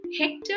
Hector